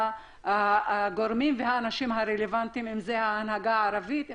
הגורמים והאנשים הרלוונטיים אם זו ההנהגה הערבית,